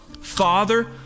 Father